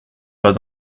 pas